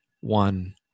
one